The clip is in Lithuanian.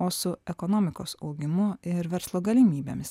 o su ekonomikos augimu ir verslo galimybėmis